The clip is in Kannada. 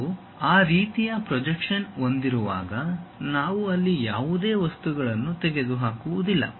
ನಾವು ಆ ರೀತಿಯ ಪ್ರೊಜೆಕ್ಷನ್ ಹೊಂದಿರುವಾಗ ನಾವು ಅಲ್ಲಿ ಯಾವುದೇ ವಸ್ತುಗಳನ್ನು ತೆಗೆದುಹಾಕುವುದಿಲ್ಲ